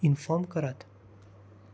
inform करात